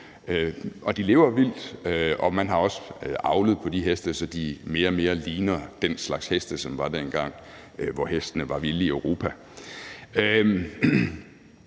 de lever nu vildt, og man har også avlet på de heste, så de mere og mere ligner den slags heste, som var dengang, hvor hestene var vilde i Europa.